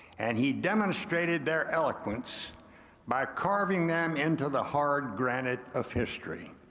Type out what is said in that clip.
and he demonstrated their eloquence by carving them into the hard granite of history.